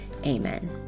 Amen